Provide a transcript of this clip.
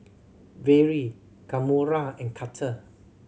Vere Kamora and Carter